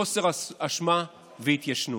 חוסר אשמה והתיישנות,